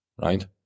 right